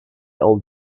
old